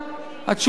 התשובה היא: לא.